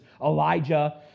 Elijah